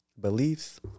Beliefs